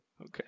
Okay